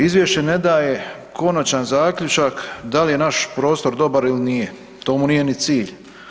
Izvješće ne daje konačan zaključak dal je naš prostor dobar ili nije, to mu nije ni cilj.